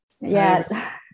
Yes